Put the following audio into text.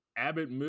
Abbott